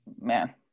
Man